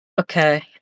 Okay